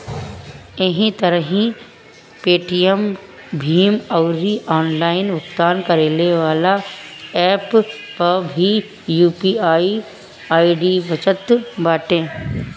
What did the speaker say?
एही तरही पेटीएम, भीम अउरी ऑनलाइन भुगतान करेवाला एप्प पअ भी यू.पी.आई आई.डी बनत बाटे